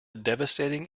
devastating